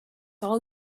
all